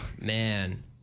man